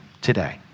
today